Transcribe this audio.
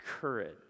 courage